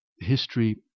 history